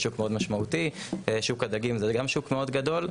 שוק הדגים זה גם שוק מאוד גדול.